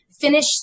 finish